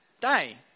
day